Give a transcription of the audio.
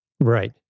Right